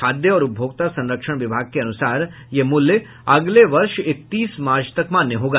खाद्य और उपभोक्ता संरक्षण विभाग के अनुसार यह मूल्य अगले वर्ष एकतीस मार्च तक मान्य होगा